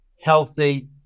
healthy